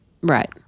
Right